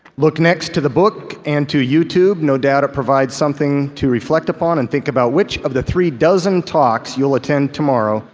look next to the book and to youtube, no doubt it will provide something to reflect upon and think about which of the three dozen talks you will attend tomorrow.